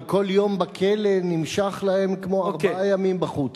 אבל כל יום בכלא נמשך להם כמו ארבעה ימים בחוץ.